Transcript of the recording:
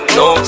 no